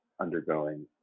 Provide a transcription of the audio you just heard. undergoing